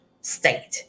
state